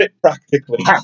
practically